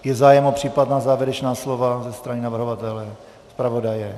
Je zájem o případná závěrečná slova ze strany navrhovatele, zpravodaje?